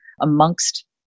amongst